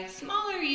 smaller